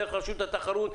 דרך רשות התחרות,